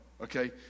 okay